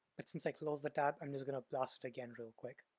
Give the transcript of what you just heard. but since i closed the tab, i'm just going to blast it again real quick.